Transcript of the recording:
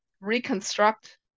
reconstruct